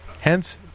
hence